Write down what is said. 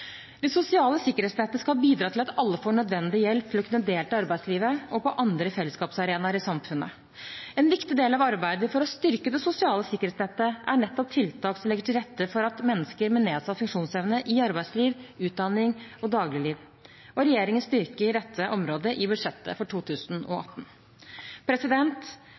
Det sosiale sikkerhetsnettet skal bidra til at alle får nødvendig hjelp til å kunne delta i arbeidslivet og på andre fellesskapsarenaer i samfunnet. En viktig del av arbeidet for å styrke det sosiale sikkerhetsnettet er nettopp tiltak som legger til rette for mennesker med nedsatt funksjonsevne i arbeidsliv, utdanning og dagligliv. Regjeringen styrker dette området i budsjettet for 2018.